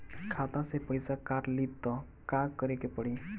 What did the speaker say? खाता से पैसा काट ली त का करे के पड़ी?